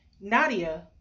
Nadia